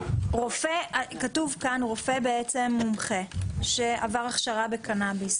כתוב כאן רופא בעצם מומחה שעבר הכשרה בקנביס,